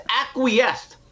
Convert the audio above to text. acquiesced